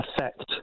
affect